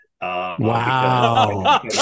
wow